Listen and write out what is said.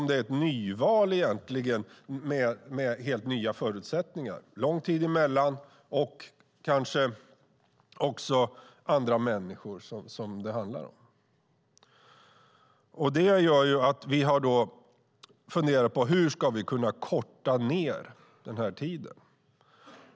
Det kanske egentligen är ett nyval, med helt nya förutsättningar. Det är lång tid emellan, och det handlar kanske också om andra människor. Detta gör att vi har funderat på hur vi ska kunna korta ned tiden.